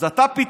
אז אתה פתאום,